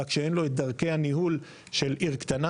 רק שאין לו את דרכי הניהול של עיר קטנה